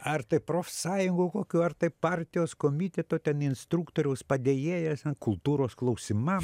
ar tai profsąjungų kokių ar tai partijos komiteto ten instruktoriaus padėjėjas ten kultūros klausimam